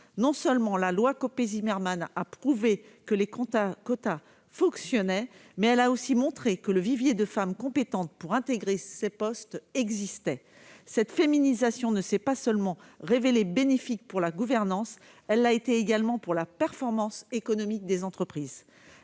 des quotas. La loi Copé-Zimmermann a prouvé non seulement que les quotas fonctionnaient, mais aussi que le vivier de femmes compétentes pour intégrer de tels postes existait. Cette féminisation ne s'est pas seulement révélée bénéfique pour la gouvernance ; elle l'a été également pour la performance économique des entreprises.